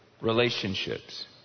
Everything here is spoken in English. relationships